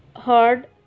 heard